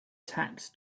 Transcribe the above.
tax